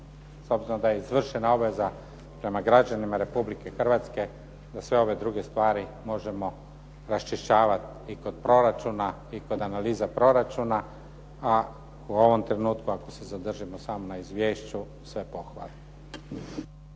obzirom da je izvršena obveza prema građanima Republike Hrvatske da sve ove druge stvari možemo raščišćavati i kod proračuna i kod analize proračuna, a u ovom trenutku ako se zadržimo samo na izvješću sve pohvale.